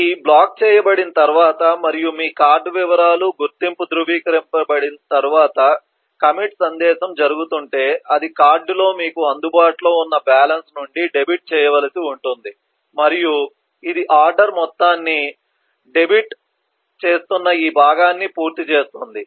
ఇది బ్లాక్ చేయబడిన తరువాత మరియు మీ కార్డ్ వివరాలు గుర్తింపు ధృవీకరించబడిన తరువాత కమిట్ సందేశం జరుగుతుంటే అది కార్డులో మీకు అందుబాటులో ఉన్న బ్యాలెన్స్ నుండి డెబిట్ చేయవలసి ఉంటుంది మరియు ఇది ఆర్డర్ మొత్తాన్ని డెబిట్ చేస్తున్న ఈ భాగాన్ని పూర్తి చేస్తుంది